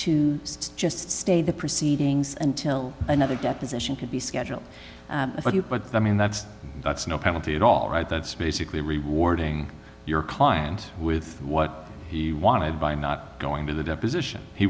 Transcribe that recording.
it's just stay the proceedings and till another deposition could be scheduled for you but i mean that's that's no penalty at all right that's basically rewarding your client with what he wanted by not going to the deposition he